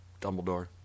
Dumbledore